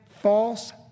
false